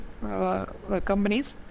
companies